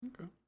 Okay